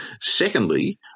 secondly